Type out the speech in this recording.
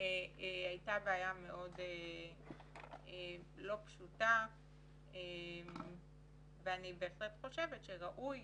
הייתה בעיה מאוד לא פשוטה ואני בהחלט חושבת שראוי